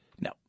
No